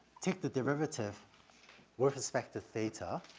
take the derivative with respect to theta.